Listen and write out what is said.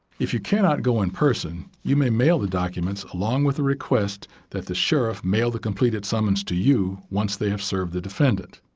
if you cannot go in person, you may mail the documents along with a request that the sheriff mail the completed summons to you once they have served the defendant.